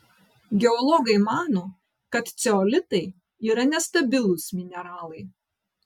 geologai mano kad ceolitai yra nestabilūs mineralai